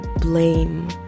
blame